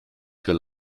für